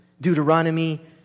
Deuteronomy